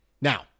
Now